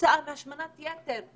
מהשמנת יתר,